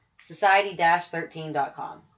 society-13.com